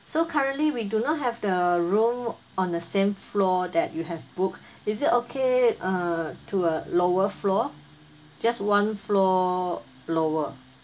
so currently we do not have the room on the same floor that you have book is it okay uh to a lower floor just one floor lower